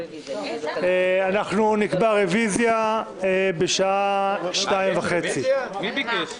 אנחנו נקבע רביזיה בשעה שתיים וחצי.